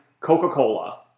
Coca-Cola